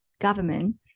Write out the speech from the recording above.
government